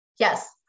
Yes